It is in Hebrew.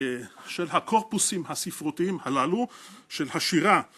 של הקורפוסים הספרותיים הללו של השירה